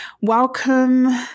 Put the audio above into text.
Welcome